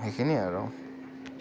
সেইখিনিয়ে আৰু